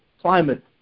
Climate